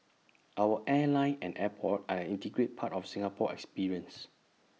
our airline and airport are an integral part of the Singapore experience